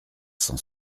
cent